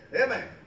Amen